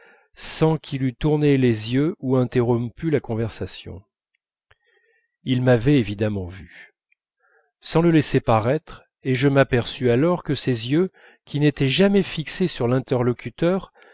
sans qu'il eût tourné les yeux ou interrompu la conversation il m'avait évidemment vu sans le laisser paraître et je m'aperçus alors que ses yeux qui n'étaient jamais fixés sur l'interlocuteur